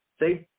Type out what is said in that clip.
See